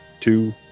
two